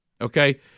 Okay